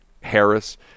harris